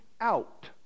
out